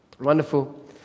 Wonderful